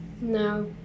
No